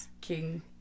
king